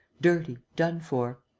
dirty, done for.